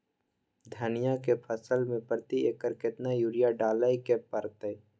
धनिया के फसल मे प्रति एकर केतना यूरिया डालय के परतय?